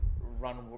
run